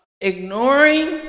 ignoring